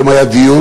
היום היה דיון,